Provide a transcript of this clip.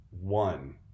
one